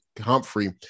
Humphrey